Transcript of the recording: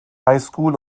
highschool